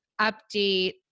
update